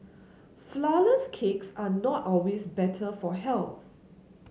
flourless cakes are not always better for health